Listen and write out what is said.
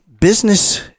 business